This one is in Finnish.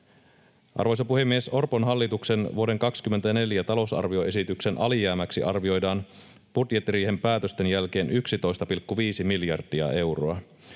Arvoisa puhemies! Orpon hallituksen vuoden 24 talousarvioesityksen alijäämäksi arvioidaan budjettiriihen päätösten jälkeen 11,5 miljardia euroa.